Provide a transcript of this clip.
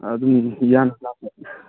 ꯑꯗꯨꯝ ꯌꯥꯅꯤ ꯂꯥꯛꯄ